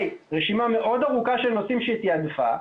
רשימה מאוד ארוכה של נושאים שהיא תיעדפה,